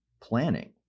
planning